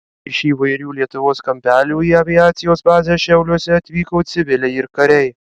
iš įvairių lietuvos kampelių į aviacijos bazę šiauliuose atvyko civiliai ir kariai